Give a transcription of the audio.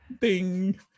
Ding